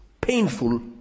painful